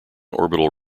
orbital